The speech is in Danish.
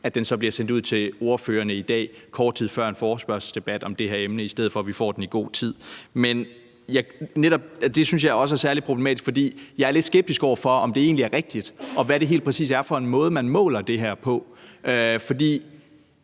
dage siden – til ordførerne i dag, kort tid før en forespørgselsdebat om det her emne, i stedet for at vi havde fået den i god tid. Det synes jeg er særlig problematisk, fordi jeg er lidt skeptisk over for, om det egentlig er rigtigt, og hvad det helt præcis er for en måde, man måler det her på. For